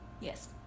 Yes